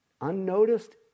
unnoticed